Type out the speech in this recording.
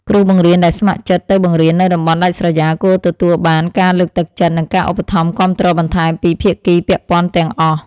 គ្រូបង្រៀនដែលស្ម័គ្រចិត្តទៅបង្រៀននៅតំបន់ដាច់ស្រយាលគួរទទួលបានការលើកទឹកចិត្ត និងការឧបត្ថម្ភគាំទ្របន្ថែមពីភាគីពាក់ព័ន្ធទាំងអស់។